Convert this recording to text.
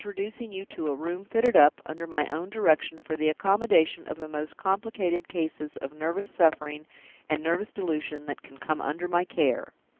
by introducing you to a room fitted up, under my own direction, for the accommodation of the most complicated cases of nervous suffering and nervous delusion that can come under my care.